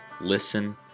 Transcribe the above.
listen